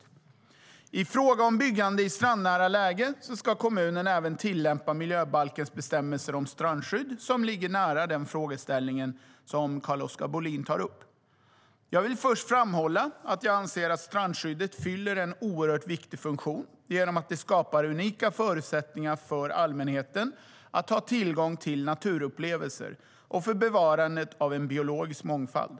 I fråga om byggande i strandnära läge ska kommunen även tillämpa miljöbalkens bestämmelser om strandskydd som ligger nära den frågeställning som Carl-Oskar Bohlin tar upp. Jag vill framhålla att jag anser att strandskyddet fyller en oerhört viktig funktion genom att det skapar unika förutsättningar för allmänheten att ha tillgång till naturupplevelser och för bevarandet av en biologisk mångfald.